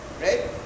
right